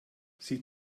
sie